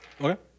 Okay